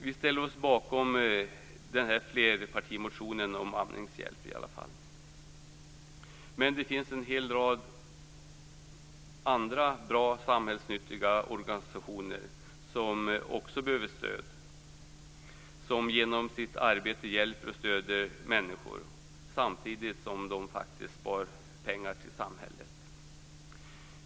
Vi ställer oss alltså bakom den här flerpartimotionen om Amningshjälpen. Men det finns en hel rad andra bra och samhällsnyttiga organisationer som också behöver stöd och som genom sitt arbete hjälper och stöder människor samtidigt som de faktiskt spar pengar åt samhället.